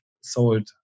sold